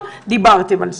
וכולכם דיברתם על זה.